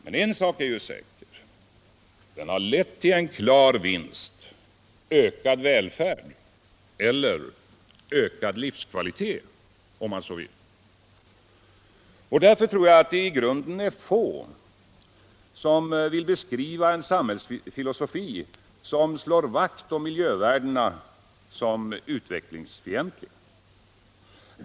Men en sak är säker — de har lett till en klar vinst: ökad välfärd, eller ökad livskvalitet, om man så vill. Jag tror att det i grunden är få som vill beskriva en samhällsfilosofi som slår vakt om miljövärdena såsom utvecklingsfientlig.